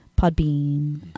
Podbean